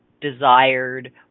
desired